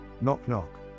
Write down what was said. Knock-knock